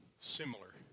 similar